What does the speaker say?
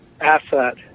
asset